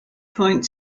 point